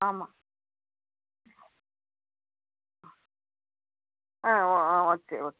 ஆமாம் ஆ ஆ ஓகே ஓகே